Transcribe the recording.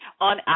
on